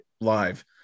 live